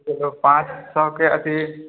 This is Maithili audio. देखियौ पाँच सए के अतिरिक्त